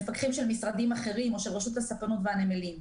מפקחים של משרדים אחרים או של רשות הספנות והנמלים.